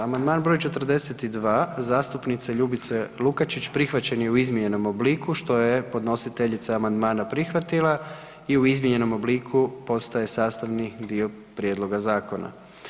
Amandman br. 42 zastupnice Ljubice Lukačić prihvaćen je u izmijenjenom obliku, što je podnositeljica amandmana prihvatila i u izmijenjenom obliku postaje sastavni dio prijedloga zakona.